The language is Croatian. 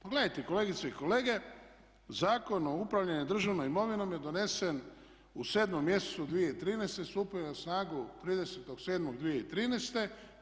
Pogledajte kolegice i kolege Zakon o upravljanju državnom imovinom je donesen u 7 mjesecu 2013., stupio je na snagu 30.7.2013.